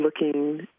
looking